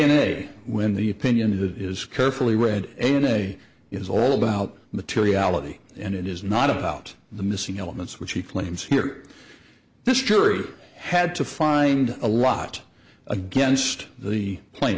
day when the opinion that is carefully read a day is all about materiality and it is not about the missing elements which he claims here this jury had to find a lot against the